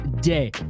day